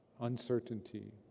uncertainty